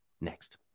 Next